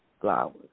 flowers